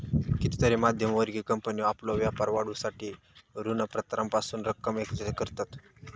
कितीतरी मध्यम वर्गीय कंपनी आपलो व्यापार वाढवूसाठी ऋणपत्रांपासून रक्कम एकत्रित करतत